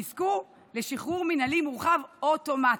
יזכו לשחרור מינהלי מורחב אוטומטי,